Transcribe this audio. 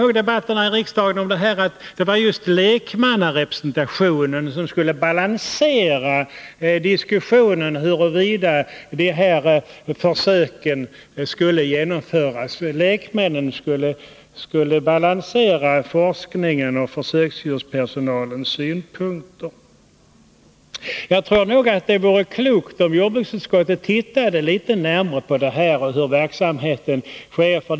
Jag kommer så väl ihåg riksdagsdebatterna om detta: det var just lekmannarepresentationen som skulle balansera diskussionen huruvida försök skulle få genomföras. Lekmännen skulle balansera forskarnas och försöksdjurspersonalens synpunkter. Jag tror att det vore klokt om jordbruksutskottet tittade litet närmare på hur verksamheten bedrivs.